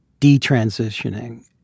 detransitioning